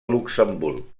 luxemburg